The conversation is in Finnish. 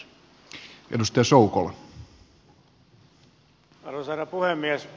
arvoisa herra puhemies